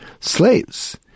slaves